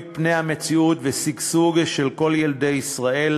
פני המציאות ולשגשוג של כל ילדי ישראל,